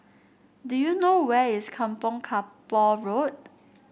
do you know where is Kampong Kapor Road